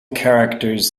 characters